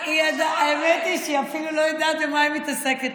היא אפילו לא יודעת במה היא מתעסקת,